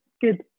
good